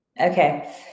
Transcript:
Okay